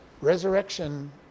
Resurrection